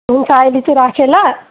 हुन्छ अहिले चाहिँ राखेँ ल